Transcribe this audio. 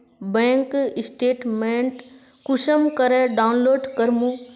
Bank statement कुंसम करे download करूम?